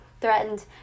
threatened